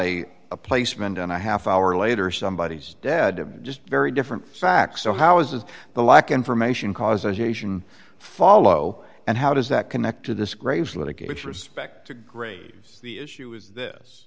a placement and a half hour later somebody is dead just very different facts so how is the lack information causation follow and how does that connect to this graves litigation respect to graves the issue is this